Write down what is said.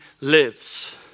lives